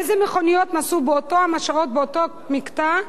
איזה מכוניות נסעו באותן השעות באותו מקטע,